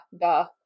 duh